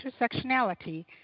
intersectionality